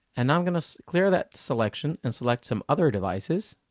and now i'm going to clear that selection and select some other devices